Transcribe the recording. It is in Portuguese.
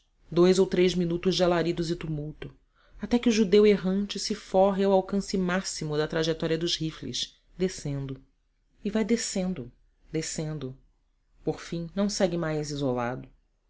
dois ou três minutos de alaridos e tumulto até que o judeu errante se forre ao alcance máximo da trajetória dos rifles descendo e vai descendo descendo por fim não segue mais isolado